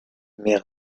mais